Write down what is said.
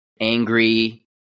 angry